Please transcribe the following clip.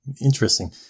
Interesting